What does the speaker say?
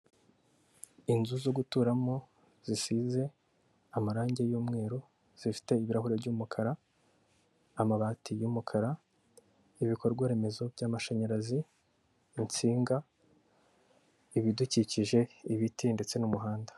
Inzu zo guturamo, zisize amarange y'umweru, zifite ibirahuri by'umukara, amabati y'umukara, ibikorwaremezo by'amashanyarazi, insinga, ibidukikije, ibiti ndetse n'umuhanda.